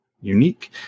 unique